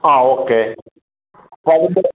ആ ഓക്കെ വരുമ്പോൾ